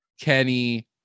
Kenny